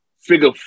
figure